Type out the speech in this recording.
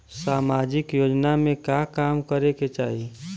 सामाजिक योजना में का काम करे के चाही?